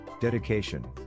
Dedication